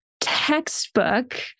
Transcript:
textbook